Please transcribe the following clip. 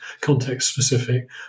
context-specific